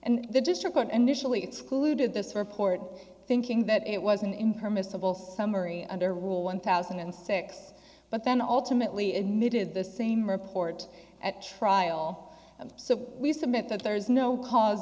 and the district initially excluded this report thinking that it was an impermissible summary under rule one thousand and six but then all timidly emitted the same report at trial so we submit that there is no cause